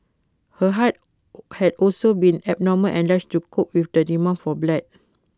her heart had also been abnormal enlarged to cope with the demand for blood